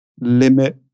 limit